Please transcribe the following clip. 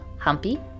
Humpy